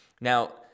Now